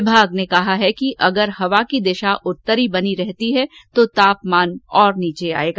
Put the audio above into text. विभाग ने कहा है कि अगर हवा की दिशा उत्तरी बनी रहती है तो तापमान और नीचे आएगा